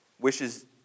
wishes